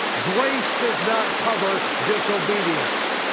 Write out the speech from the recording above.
grace does not cover disobedience.